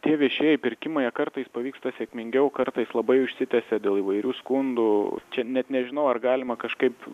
tie viešieji pirkimai jie kartais pavyksta sėkmingiau kartais labai užsitęsia dėl įvairių skundų čia net nežinau ar galima kažkaip